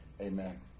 amen